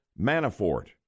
Manafort